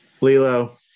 Lilo